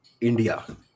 India